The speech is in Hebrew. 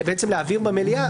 הוגש מהממ"מ.